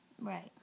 Right